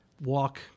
walk